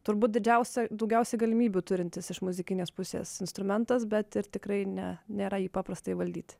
turbūt didžiausia daugiausiai galimybių turintis iš muzikinės pusės instrumentas bet ir tikrai ne nėra jį paprasta įvaldyti